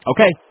Okay